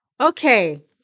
Okay